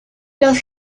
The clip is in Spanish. los